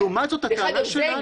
לעומת זאת הטענה שלנו --- דרך אגב,